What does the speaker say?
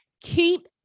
Keep